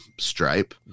stripe